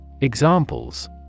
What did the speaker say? Examples